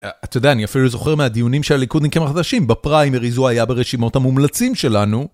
אתה יודע אני אפילו זוכר מהדיונים של הליכודניקים החדשים, בפריימריז הוא היה ברשימות המומלצים שלנו.